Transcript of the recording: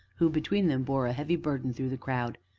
who, between them, bore a heavy burden through the crowd,